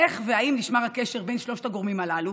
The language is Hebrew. איך והאם נשמר הקשר בין שלושת הגורמים הללו?